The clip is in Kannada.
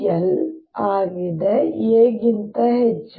L ಆಗಿದೆ a ಗಿಂತ ಹೆಚ್ಚು